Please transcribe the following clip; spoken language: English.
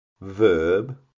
verb